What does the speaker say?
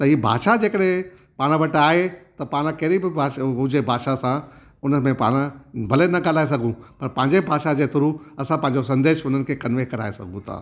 हीअ भाषा जेकॾहिं पाण वटि आहे त पाण कहिड़ी बि भाषा हुजे भाषा सां उन में पाण भले न ॻाल्हाए सघूं पर पंहिंजे भाषा जे थ्रू असां पंहिंजो संदेश उन्हनि खे कनवे कराए सघूं था